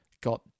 got